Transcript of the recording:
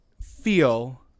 feel